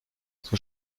son